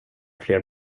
fler